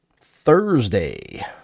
Thursday